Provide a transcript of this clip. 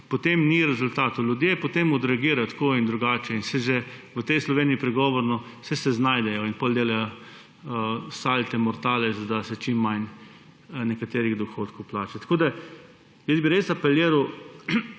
potem ni rezultatov. Ljudje potem odreagirajo tako in drugače in saj se v tej Sloveniji že pregovorno znajdejo in potem delajo salte mortale, da se čim manj nekaterih dohodkov plača. Jaz bi res apeliral